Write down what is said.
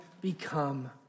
become